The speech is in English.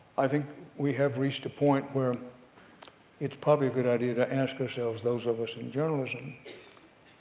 i think we have reached a point where it's probably a good idea to ask ourselves, those of us in journalism,